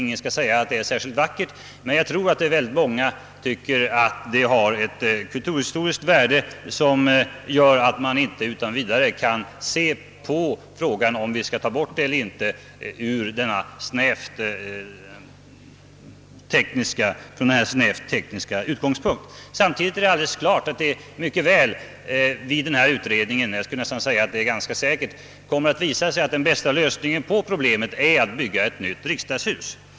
Ingen kan säga att riksdagshuset är särskilt vackert, men jag tror att många tycker att det har ett kulturhistoriskt värde, som gör att man inte utan vidare kan från snävt tekniska utgångspunkter bedöma frågan, om huset skall tas bort eller inte. Samtidigt är det klart att det vid denna utredning ganska säkert kommer att visa sig, att den bästa lösningen på problemet är att bygga ett nytt riksdagshus.